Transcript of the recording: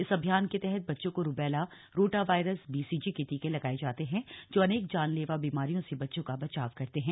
इस अभियान के तहत बच्चों को रुबैला रोटावायरस बीसीजी के टीके लगाए जाते हैं जो कि अनेक जानलेवा बीमारियों से बच्चों का बचाव करते हैं